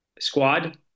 squad